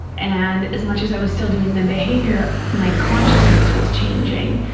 and as much as i was still doing the behavior, my consciousness was changing,